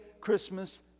christmas